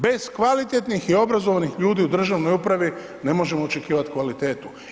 Bez kvalitetnih i obrazovanih ljudi u državnoj upravi ne možemo očekivati kvalitetu.